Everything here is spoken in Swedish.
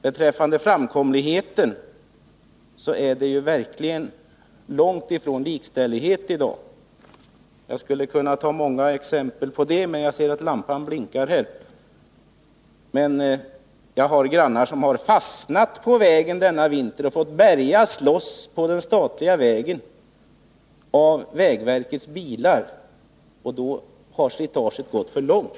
Beträffande framkomligheten på våra vägar är det verkligen långt ifrån likställighet i dag. Jag skulle kunna ge många exempel på det, men lampan visar att min taletid är slut. Jag har grannar som denna vinter fastnat på vägen och fått ta hjälp av vägverkets bilar för att komma loss på den statliga vägen. Då har slitaget gått för långt.